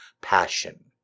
passion